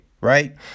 right